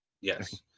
Yes